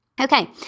Okay